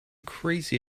crazy